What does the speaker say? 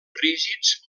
rígids